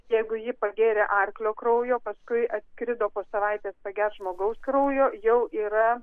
jeigu ji pagėrė arklio kraujo paskui atskrido po savaitės pagert žmogaus kraujo jau yra